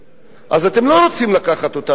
אז אתם לא רוצים לקחת אותנו לצבא.